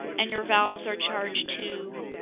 and your valves are charged to?